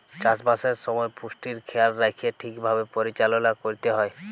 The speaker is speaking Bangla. চাষবাসের সময় পুষ্টির খেয়াল রাইখ্যে ঠিকভাবে পরিচাললা ক্যইরতে হ্যয়